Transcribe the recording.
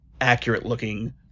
accurate-looking